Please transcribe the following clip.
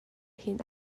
hin